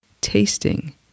Tasting